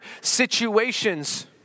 situations